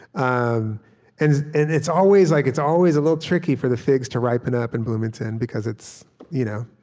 um and and it's always like it's always a little tricky for the figs to ripen up in bloomington, because it's you know